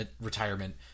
retirement